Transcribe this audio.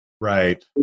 Right